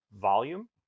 volume